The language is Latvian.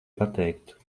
pateikt